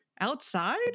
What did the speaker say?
outside